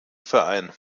verein